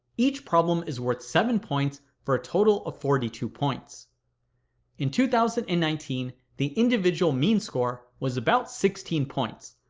each problem is worth seven points for a total of forty two points in two thousand and nineteen, the individual mean score was about sixteen points,